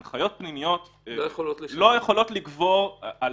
הנחיות פנימיות לא יכולות לגבור על